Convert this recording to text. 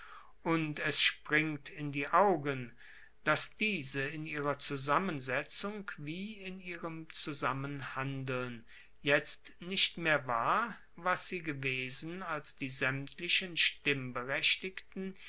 und es springt in die augen dass diese in ihrer zusammensetzung wie in ihrem zusammenhandeln jetzt nicht mehr war was sie gewesen als die saemtlichen stimmberechtigten